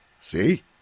See